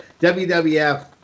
wwf